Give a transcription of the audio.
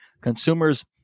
consumers